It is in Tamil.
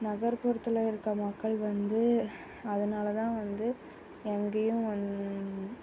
நகர்ப்புறத்தில் இருக்க மக்கள் வந்து அதனால தான் வந்து எங்கேயும் வந்